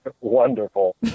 Wonderful